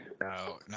No